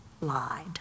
lied